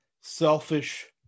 selfish